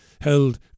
held